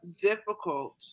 difficult